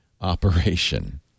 operation